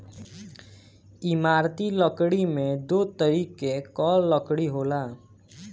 इमारती लकड़ी में दो तरीके कअ लकड़ी होला